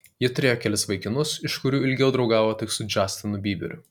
ji turėjo kelis vaikinus iš kurių ilgiau draugavo tik su džastinu byberiu